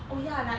oh ya like